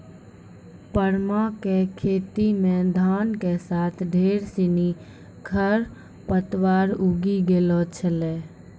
परमा कॅ खेतो मॅ धान के साथॅ ढेर सिनि खर पतवार उगी गेलो छेलै